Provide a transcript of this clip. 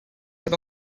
juba